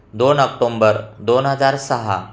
दोन ऑक्टोंबर दोन हजार सहा